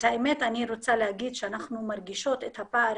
האמת אני רוצה להגיד שאנחנו מרגישות את הפער